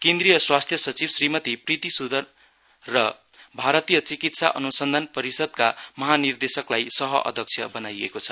केन्द्रिय स्वास्थ्य सचिव श्रीमती प्रिति सुदन र भारतीय चिकित्सा अनुसन्धान परिषद्का महानिर्देशकलाई सह अध्यक्ष बनाइएको छ